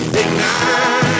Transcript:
ignite